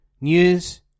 News